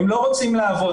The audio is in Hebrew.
הם לא רוצים לעבוד,